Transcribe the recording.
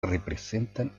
representan